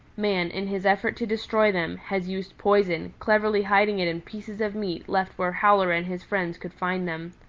man in his effort to destroy them has used poison, cleverly hiding it in pieces of meat left where howler and his friends could find them.